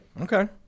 okay